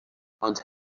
ond